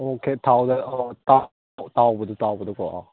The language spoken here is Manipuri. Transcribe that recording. ꯑꯣꯀꯦ ꯊꯥꯎꯗ ꯑꯣ ꯇꯥꯎꯕꯗꯣ ꯇꯥꯎꯕꯗꯣꯀꯣ ꯑꯣ